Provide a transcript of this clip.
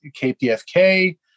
KPFK